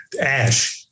Ash